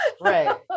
right